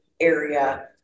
area